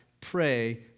Pray